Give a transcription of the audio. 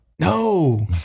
No